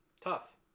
tough